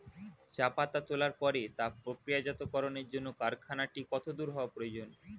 চা পাতা তোলার পরে তা প্রক্রিয়াজাতকরণের জন্য কারখানাটি কত দূর হওয়ার প্রয়োজন?